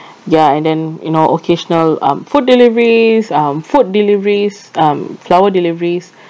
ya and then you know occasional um food deliveries um food deliveries um flower deliveries